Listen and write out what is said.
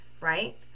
right